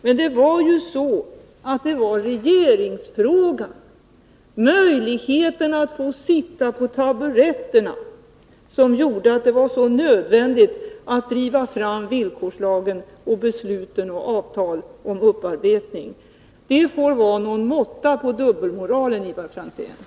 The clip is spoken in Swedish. Men det var ju regeringsfrågan — möjligheterna att få sitta på taburetterna — som gjorde det så nödvändigt att driva fram villkorslagen och besluten och avtalen om upparbetning. Det får vara någon måtta på dubbelmoralen, Ivar Franzén!